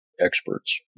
experts